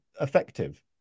effective